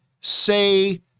say